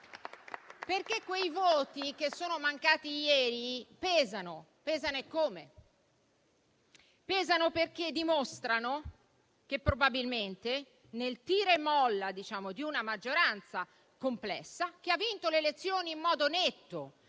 fatto. Quei voti che sono mancati ieri pesano, e pesano tanto. Pesano perché dimostrano che, probabilmente, nel tira e molla di una maggioranza complessa, che ha vinto le elezioni in modo netto